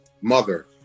mother